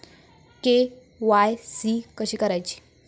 KYC कशी करायची?